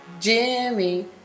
Jimmy